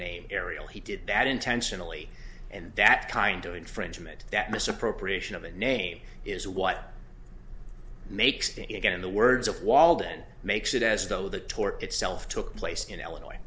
name ariel he did that intentionally and that kind of infringement that misappropriation of a name is what makes it again in the words of walden makes it as though the tort itself took place in illinois